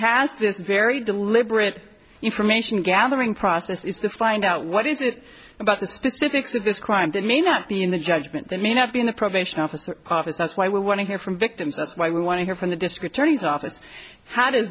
has been very deliberate information gathering process is to find out what is it about the specifics of this crime that may not be in the judgment that may not be in the probation officer office that's why we want to hear from victims that's why we want to hear from the district attorney's office how does